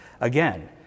Again